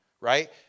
right